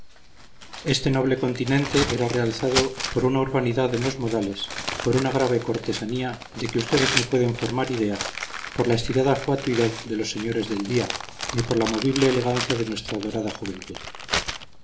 este noble continente era realzado por una urbanidad en los modales por una grave cortesanía de que ustedes no pueden formar idea por la estirada fatuidad de los señores del día ni por la movible elegancia de nuestra dorada juventud